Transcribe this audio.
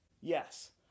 Yes